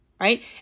right